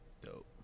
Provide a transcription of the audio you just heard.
Dope